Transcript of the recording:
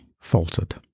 faltered